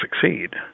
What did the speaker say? succeed